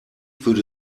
würde